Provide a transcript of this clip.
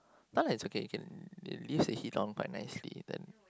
no lah it's okay okay it leaves the heat on quite nicely then